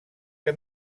que